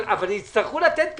אבל יצטרכו לתת פתרון.